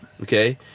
Okay